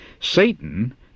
Satan